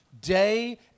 day